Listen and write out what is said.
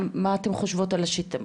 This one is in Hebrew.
אתן חושבות על השיטה?